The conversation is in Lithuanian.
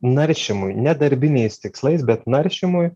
naršymui ne darbiniais tikslais bet naršymui